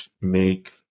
make